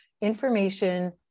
information